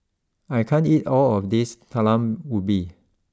I can't eat all of this Talam Ubi